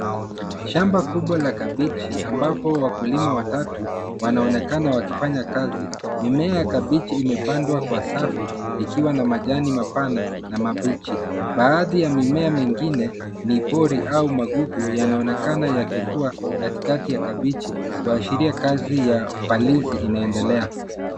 Shamba kubwa la kabiji, ambapo wakulima watatu wanaonekana wakifanya kazi. Mimea ya kabiji imepandwa kwa safu ikiwa na majani mapana na mabichi. Baadhi ya mimea mingine ni pori au magugu yanaonekana yakikua katikati ya kabiji kuashiria kazi ya upalizi inaendelea.